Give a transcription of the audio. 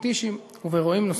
בטישים ובאירועים נוספים,